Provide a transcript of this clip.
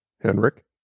Henrik